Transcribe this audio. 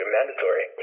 mandatory